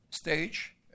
stage